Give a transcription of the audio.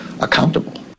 accountable